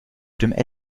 dem